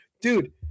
dude